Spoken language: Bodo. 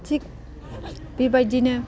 थिक बेबायदिनो